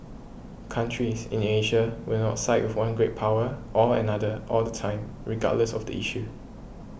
countries in Asia will not side with one great power or another all the time regardless of the issue